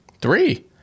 three